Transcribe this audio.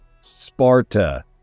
Sparta